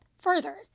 further